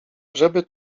żeby